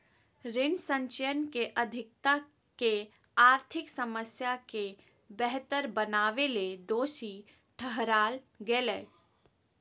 ऋण संचयन के अधिकता के आर्थिक समस्या के बेहतर बनावेले दोषी ठहराल गेलय